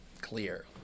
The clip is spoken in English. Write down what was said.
clear